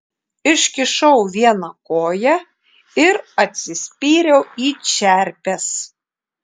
iškišau vieną koją ir atsispyriau į čerpes